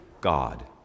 God